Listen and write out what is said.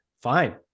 Fine